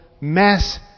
mass